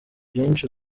byinshi